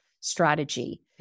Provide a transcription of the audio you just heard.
strategy